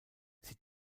sie